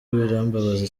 birambabaza